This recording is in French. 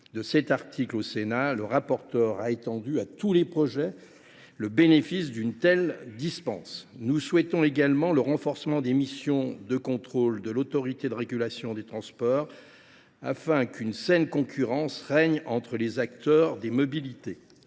de cet article au Sénat, le rapporteur a étendu son bénéfice à tous les projets. Nous souhaitons également le renforcement des missions de contrôle de l’Autorité de régulation des transports, afin qu’une saine concurrence règne entre les acteurs des mobilités.